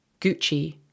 Gucci